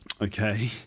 okay